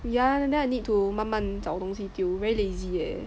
ya and then I need to 慢慢找东西丢 very lazy eh